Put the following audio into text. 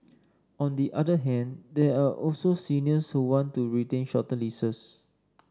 on the other hand there are also seniors who want to retain shorter leases